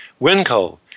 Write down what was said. Winco